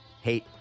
hate